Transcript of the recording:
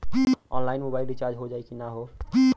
Online mobile recharge हो जाई की ना हो?